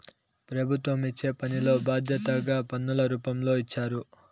ప్రభుత్వం ఇచ్చే పనిలో బాధ్యతగా పన్నుల రూపంలో ఇచ్చారు